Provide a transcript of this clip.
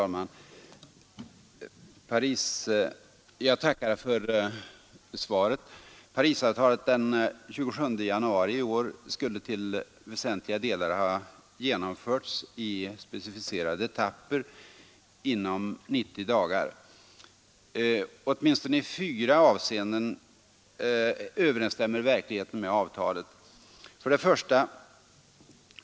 Herr talman! Jag tackar för svaret på min interpellation. Parisavtalet av den 27 januari i år skulle till väsentliga delar ha genomförts i specificerade etapper inom 90 dagar. Åtminstone i fyra hänseenden överensstämmer verkligheten med avtalet: 1.